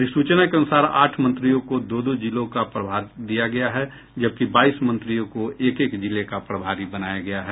अधिसूचना के अनुसार आठ मंत्रियों को दो दो जिलों का प्रभार दिया गया है जबकि बाईस मंत्रियों को एक एक जिले का प्रभारी बनाया गया है